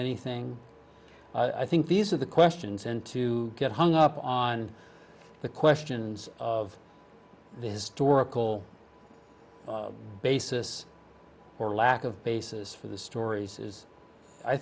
anything i think these are the questions and to get hung up on the questions of the historical basis or lack of basis for the stories is i